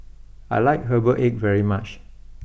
I like Herbal Egg very much